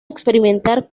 experimentar